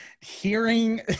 Hearing